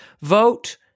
Vote